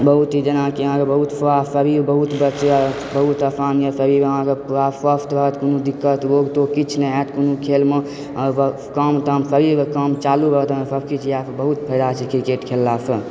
बहुत ही जेनाकि अहाँके बहुत पूरा शरीर बहुत आसान यऽ शरीर अहाँके पूरा स्वस्थ रहत कोनो दिक्कत रोग तोग किछु नहि हैत कोनो खेलमे एकर काम ताम शरीरके काम चालू रहत अहाँ सब किछु बहुत फायदा छै क्रिकेट खेललासँ